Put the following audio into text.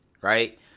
Right